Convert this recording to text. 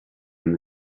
and